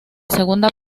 segunda